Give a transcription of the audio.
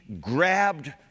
grabbed